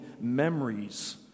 memories